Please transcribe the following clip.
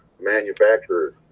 manufacturers